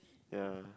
ya